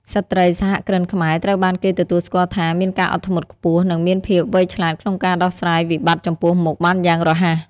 ស្ត្រីសហគ្រិនខ្មែរត្រូវបានគេទទួលស្គាល់ថាមានការអត់ធ្មត់ខ្ពស់ និងមានភាពវៃឆ្លាតក្នុងការដោះស្រាយវិបត្តិចំពោះមុខបានយ៉ាងរហ័ស។